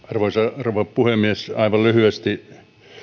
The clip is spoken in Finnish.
arvoisa rouva puhemies aivan lyhyesti